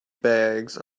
bags